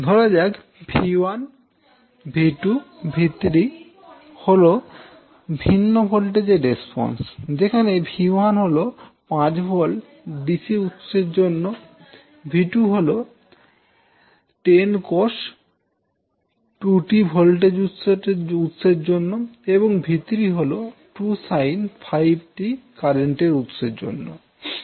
ধরাযাক 𝛎1 𝛎2 𝛎3 হল ভিন্ন ভোল্টেজের রেসপন্স যেখানে 𝛎1 হল 5 V ডিসি উৎসের জন্য 𝛎2 হল 10 cos 2t ভোল্টেজ উৎসের জন্য এবং 𝛎3 হল 2 sin 5t কারেন্ট উৎসের জন্য